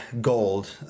gold